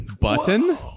Button